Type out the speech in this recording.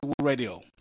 Radio